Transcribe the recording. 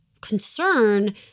concern